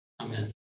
Amen